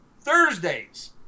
Thursdays